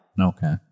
okay